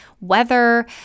weather